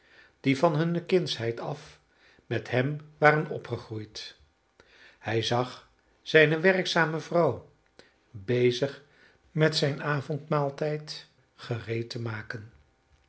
die van hunne kindsheid af met hem waren opgegroeid hij zag zijne werkzame vrouw bezig met zijn avondmaaltijd gereed te maken